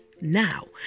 Now